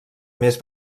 més